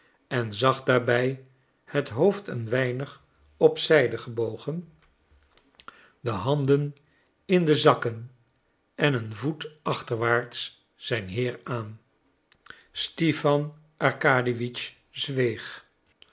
en zag daarbij het hoofd een weinig op zijde gebogen de handen in de zakken en een voet achterwaarts zijn heer aan stipan arkadiewitsch zweeg